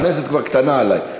הכנסת כבר קטנה עלי.